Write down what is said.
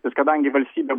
bet kadangi valstybė